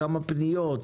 כמה פניות?